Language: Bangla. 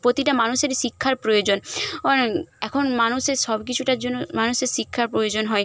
প্রতিটা মানুষেরই শিক্ষার প্রয়োজন অন এখন মানুষের সব কিছুটার জন্য মানুষের শিক্ষার প্রয়োজন হয়